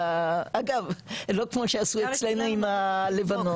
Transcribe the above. אגב לא כמו שעשו אצלנו עם הלבנון.